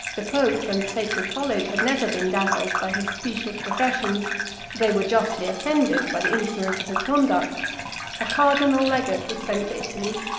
the pope and the sacred college had never been dazzled by his specious professions they were justly offended by the insolence of his conduct a cardinal legate was sent to italy,